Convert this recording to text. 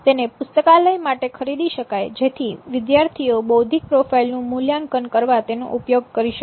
તેને પુસ્તકાલય માટે ખરીદી શકાય જેથી વિદ્યાર્થીઓ બૌદ્ધિક પ્રોફાઈલ નું મૂલ્યાંકન કરવા તેનો ઉપયોગ કરી શકે